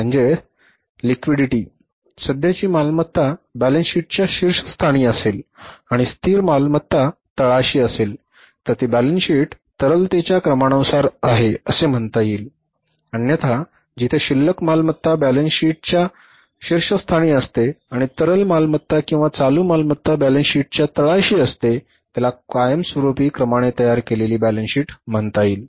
म्हणजे तरलतेच्या क्रमानुसार सध्याची मालमत्ता बॅलन्स शीटच्या शीर्षस्थानी असेल आणि स्थिर मालमत्ता तळाशी असेल तर ती बॅलन्स शीट तरलतेच्या क्रमानुसार आहे असे म्हणता येईल अन्यथा जिथे शिल्लक मालमत्ता बॅलन्स शीटच्या शीर्षस्थानी असते आणि तरल मालमत्ता किंवा चालू मालमत्ता बॅलन्स शीटच्या तळाशी असते त्याला कायमस्वरुपी क्रमाने तयार केलेली बॅलन्स शीट म्हणता येईल